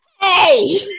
Hey